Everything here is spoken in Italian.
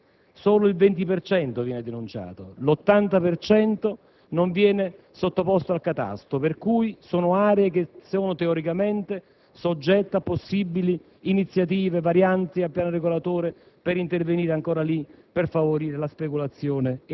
delle aree incendiate. Questo non è stato fatto fino ad oggi: solo il 20 per cento viene denunciato; l'80 per cento non viene sottoposto al catasto, per cui sono aree teoricamente soggette a possibili iniziative, come varianti al piano regolatore,